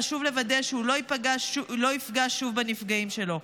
חשוב לוודא שהוא לא יפגע שוב בנפגעים שלו.